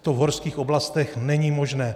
To v horských oblastech není možné.